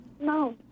No